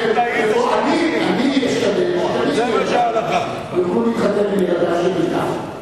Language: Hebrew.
אני אשתדל שתמיד ילדי יוכלו להתחתן עם ילדיו של גפני.